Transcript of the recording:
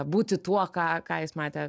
būti tuo ką ką jis matė